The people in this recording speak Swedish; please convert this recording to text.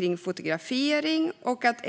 mot fotografering ska utvidgas.